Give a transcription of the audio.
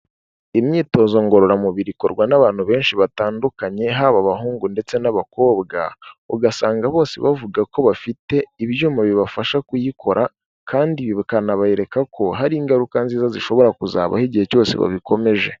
Imyitozo ngororamubiri ikorwa n'abantu benshi batandukanye haba abahungu ndetse n'abakobwa, ugasanga bose bavuga ko bafite ibyuma bibafasha kuyikora kandi bikanabereka ko hari ingaruka nziza zishobora kuzabaho igihe cyose babikomeje.